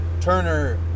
Turner